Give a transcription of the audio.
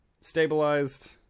stabilized